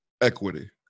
equity